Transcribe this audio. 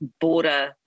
border